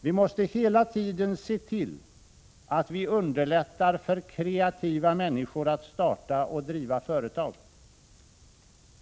Vi måste hela tiden se till att vi underlättar för kreativa människor att starta och driva företag.